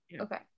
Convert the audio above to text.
okay